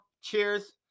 Cheers